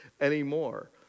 anymore